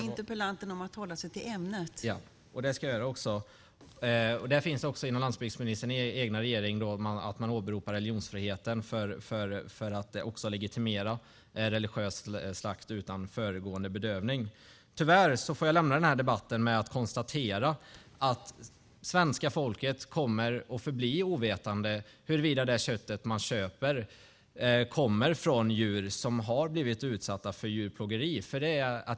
Det ska jag göra. Inom landsbygdsministerns egen regering åberopar man religionsfriheten för att också legitimera religiös slakt utan föregående bedövning. Tyvärr får jag lämna debatten med att konstatera att svenska folket kommer att förbli ovetande huruvida det kött de köper kommer från djur som har blivit utsatta för djurplågeri.